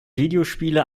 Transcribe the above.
videospiele